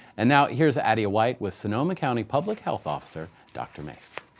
and now here's adia white with sonoma county public health officer, dr. mase.